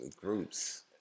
Groups